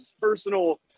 personal